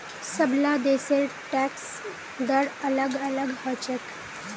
सबला देशेर टैक्स दर अलग अलग ह छेक